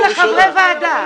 עדיפות לחברי ועדה.